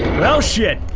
well shit.